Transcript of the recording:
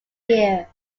year